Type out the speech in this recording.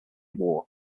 war